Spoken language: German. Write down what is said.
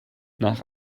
nach